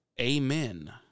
amen